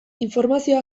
informazio